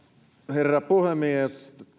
herra puhemies